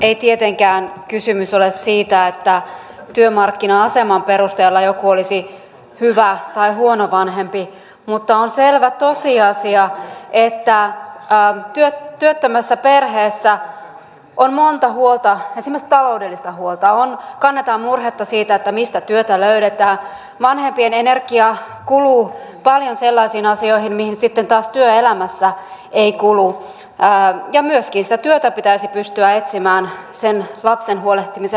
ei tietenkään kysymys ole siitä että työmarkkina aseman perusteella joku olisi hyvä tai huono vanhempi mutta on selvä tosiasia että työttömässä perheessä on monta huolta esimerkiksi taloudellista huolta kannetaan murhetta siitä mistä työtä löydetään vanhempien energiaa kuluu paljon sellaisiin asioihin mihin taas työelämässä ei kulu ja myöskin sitä työtä pitäisi pystyä etsimään lapsesta huolehtimisen lisäksi